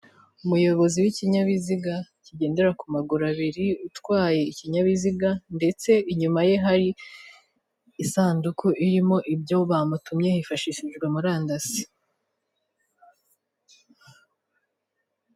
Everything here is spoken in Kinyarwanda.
Umuyobozi w'ikinyabiziga kigendera ku maguru abiri utwaye ikinyabiziga ndetse inyuma ye hari isanduku irimo ibyo bamutumye hifashishijwe murandasi.